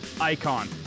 icon